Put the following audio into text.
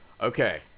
Okay